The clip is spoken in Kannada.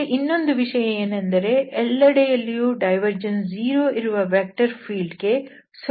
ಇಲ್ಲಿ ಇನ್ನೊಂದು ವಿಷಯ ಏನೆಂದರೆ ಎಲ್ಲೆಡೆಯಲ್ಲೂ ಡೈವರ್ಜೆನ್ಸ್ 0 ಇರುವ ವೆಕ್ಟರ್ ಫೀಲ್ಡ್ ಗೆ ಸೊಲೆನಾಯ್ಡಲ್ ಎಂಬ ಹೆಸರಿದೆ